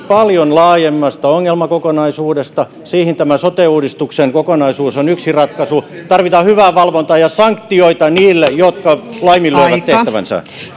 paljon laajemmasta ongelmakokonaisuudesta siihen tämä sote uudistuksen kokonaisuus on yksi ratkaisu tarvitaan hyvää valvontaa ja sanktioita niille jotka laiminlyövät tehtävänsä